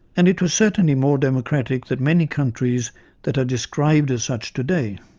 and it was certainly more democratic than many countries that are described as such today.